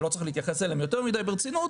שלא צריך להתייחס אליהן יותר מדי ברצינות,